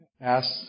ask